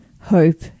hope